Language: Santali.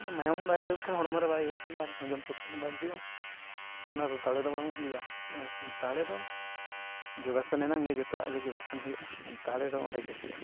ᱢᱟᱱᱮ ᱢᱟᱭᱟᱢᱦᱚᱸ ᱵᱟᱭ ᱫᱟᱹᱲ ᱠᱷᱟᱱ ᱦᱚᱲᱢᱚᱨᱮ ᱵᱟᱭ ᱤᱭᱟᱹ ᱠᱷᱟᱱ ᱫᱚ ᱟᱨ ᱦᱚᱡᱚᱢ ᱥᱚᱠᱛᱤᱦᱚᱸ ᱵᱟᱭ ᱦᱤᱡᱩᱜᱼᱟ ᱚᱱᱟ ᱫᱚ ᱫᱟᱲᱮ ᱫᱚ ᱵᱟᱝ ᱦᱩᱭᱩᱜᱼᱟ ᱫᱟᱲᱮ ᱫᱚ ᱡᱚᱜᱟᱥᱚᱱ ᱮᱱᱟᱝᱜᱮ ᱡᱚᱛᱚᱣᱟᱜ ᱜᱮ ᱡᱚᱜᱟᱥᱚᱱ ᱦᱩᱭᱩᱜᱼᱟ ᱟᱨ ᱫᱟᱲᱮ ᱫᱚ ᱚᱸᱰᱮᱜᱮ ᱦᱤᱡᱩᱜᱼᱟ